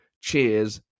Cheers